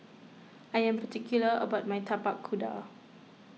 I am particular about my Tapak Kuda